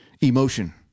emotion